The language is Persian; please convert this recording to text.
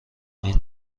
این